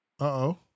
Uh-oh